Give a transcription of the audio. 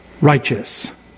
righteous